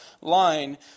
line